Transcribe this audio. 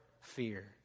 fear